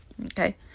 Okay